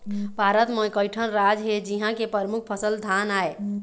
भारत म कइठन राज हे जिंहा के परमुख फसल धान आय